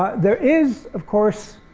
there is, of course,